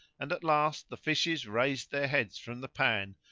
and at last the fishes raised their heads from the pan,